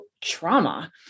trauma